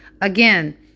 Again